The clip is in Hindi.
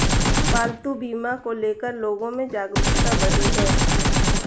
पालतू बीमा को ले कर लोगो में जागरूकता बढ़ी है